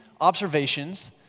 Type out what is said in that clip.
observations